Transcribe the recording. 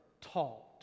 taught